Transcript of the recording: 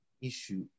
issue